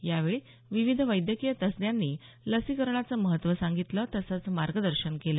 यावेळी विविध वैद्यकीय तज्ञांनी लसीकरणाचं महत्व सांगितलं तसंच मार्गदर्शन केलं